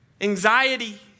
Anxiety